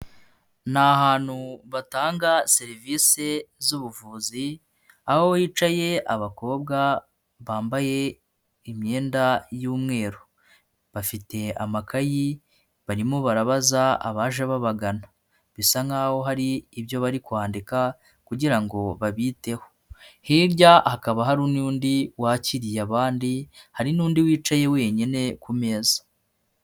Ni atahantu batanga serivisi z'ubuvuzi, aho hicaye abakobwa bambaye imyenda y'umweru. Bafite amakayi barimo barabaza abaje babagana. Bisa nk'aho hari ibyo bari kwandika kugira ngo babiteho. Hirya hakaba hari n'undi wakiriye abandi, hari n'undi wicaye wenyine ku meza.